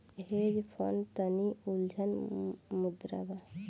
hedge fund तनि उलझल मुद्दा बा